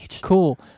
cool